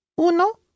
Uno